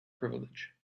privilege